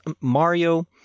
mario